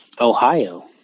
Ohio